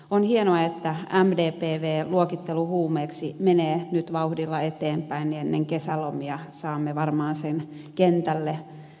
on hienoa että mdpvn luokittelu huumeeksi menee nyt vauhdilla eteenpäin niin että ennen kesälomia saamme sen varmaan kentälle voimaan